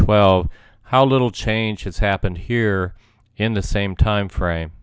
twelve how little change has happened here in the same time frame